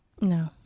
No